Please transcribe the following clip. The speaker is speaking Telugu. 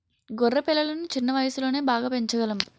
గొర్రె పిల్లలను చిన్న వయసులోనే బాగా పెంచగలం